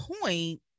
point